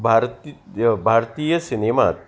भारती भारतीय सिनेमांत